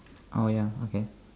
oh ya okay